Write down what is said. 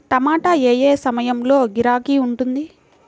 టమాటా ఏ ఏ సమయంలో గిరాకీ ఉంటుంది?